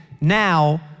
now